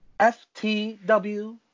FTW